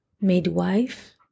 midwife